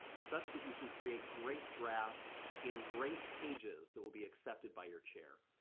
such that you can create great drafts in great pages that will be accepted by your chair.